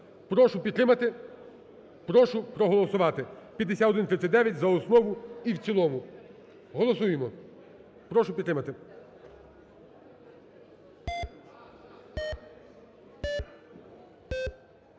Прошу підтримати, прошу проголосувати 5139 за основу і в цілому. Голосуємо. Прошу підтримати.